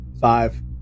Five